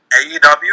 AEW